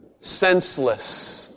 senseless